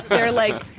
they're like,